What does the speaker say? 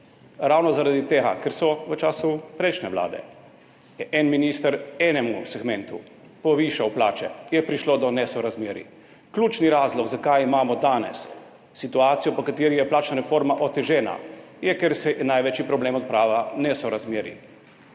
Ravno zaradi tega, ker je v času prejšnje vlade en minister enemu segmentu povišal plače, je prišlo do nesorazmerij. Ključni razlog, zakaj imamo danes situacijo, v kateri je plačna reforma otežena, je, ker je največji problem odprava nesorazmerij,